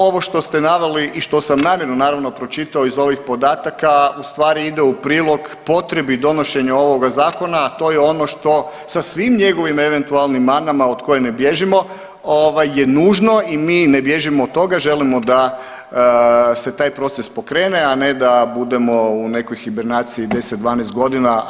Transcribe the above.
Ovo što ste naveli i što sam namjerno naravno pročitao iz ovih podataka u stvari ide u prilog potrebi donošenja ovoga zakona, a to je ono što sa svim njegovim eventualnim manama od kojih ne bježimo ovaj je nužno i mi ne bježimo od toga, želimo da se taj proces pokrene, a ne da budemo u nekoj hibernaciji 10, 12 godina.